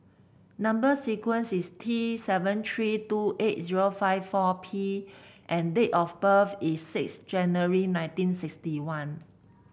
number sequence is T seven three two eight zero five four P and date of birth is six January nineteen sixty one